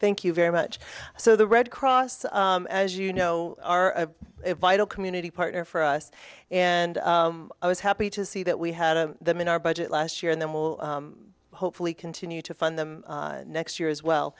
thank you very much so the red cross as you know are a vital community partner for us and i was happy to see that we had them in our budget last year and then will hopefully continue to fund them next year as well